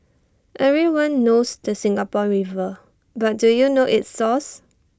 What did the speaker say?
everyone knows the Singapore river but do you know its source